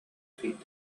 feet